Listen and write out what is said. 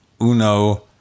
uno